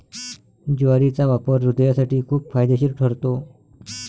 ज्वारीचा वापर हृदयासाठी खूप फायदेशीर ठरतो